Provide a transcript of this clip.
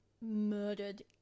murdered